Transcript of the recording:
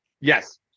Yes